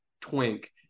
twink